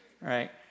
Right